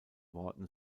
worten